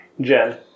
Jen